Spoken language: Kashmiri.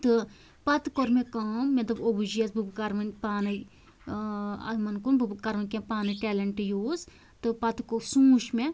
تہٕ پَتہٕ کٔر مےٚ کٲم مےٚ دوٚپ ابوٗجِیس بہٕ کرٕ وۄنۍ پانٔے ٲں یِمَن کُن بہٕ کر وۄنۍ کیٚنٛہہ پانٔے ٹیلیٚنٛٹ یوٗز تہٕ پَتہٕ گوٚو سوٗنٛچ مےٚ